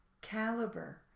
caliber